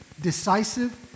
decisive